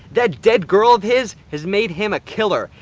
that dead girl of his has made him a killer!